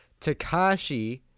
Takashi